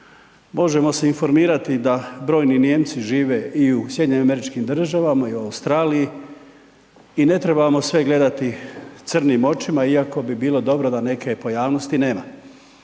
Možemo se informirati da brojni Nijemci žive i u SAD-u i u Australiji i ne trebamo sve gledati crnim očima iako bi bilo dobro da neke pojavnosti nema.